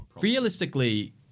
realistically